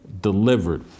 delivered